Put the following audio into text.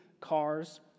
cars